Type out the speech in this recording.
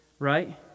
Right